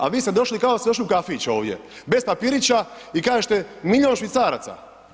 A vi ste došli kao da ste došli u kafić ovdje, bez papirića i kažete milijon švicaraca.